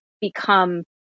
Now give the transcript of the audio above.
become